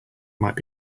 might